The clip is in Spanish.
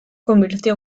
convirtió